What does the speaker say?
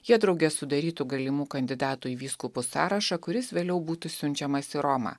jie drauge sudarytų galimų kandidatų į vyskupus sąrašą kuris vėliau būtų siunčiamas į romą